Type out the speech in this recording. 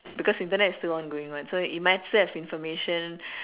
because Internet is still on going one so it might still have information